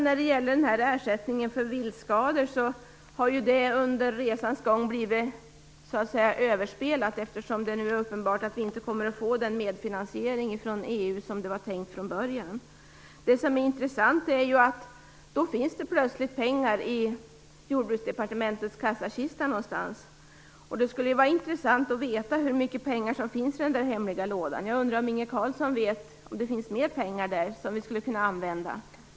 När det gäller ersättningen för viltskador har detta under resans gång så att säga blivit överspelat, eftersom det nu är uppenbart att Sverige inte kommer att få den medfinansiering från EU som var tänkt från början. Det intressanta är att det då plötsligt finns pengar i Jordbruksdepartementets kassakista någonstans. Det skulle vara intressant att veta hur mycket pengar som finns i den där hemliga lådan. Jag undrar om Inge Carlsson vet om det finns mer pengar där som vi eventuellt skulle kunna använda.